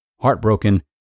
Heartbroken